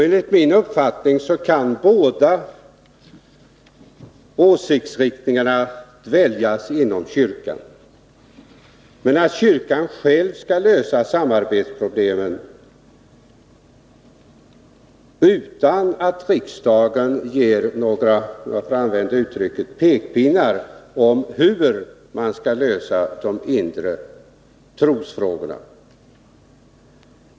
Enligt min uppfattning kan båda åsiktsriktningarna dväljas inom kyrkan. Men kyrkan skall själv lösa samarbetsproblemen utan att riksdagen ger några pekpinnar — om jag får använda det uttrycket — om hur man skall lösa de inre trosfrågorna.